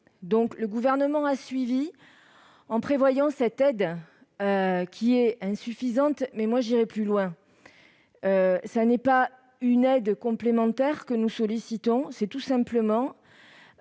Le Gouvernement a suivi, en prévoyant cette aide qui est insuffisante. Cependant, j'irai plus loin. Ce n'est pas une aide complémentaire que nous sollicitons, mais tout simplement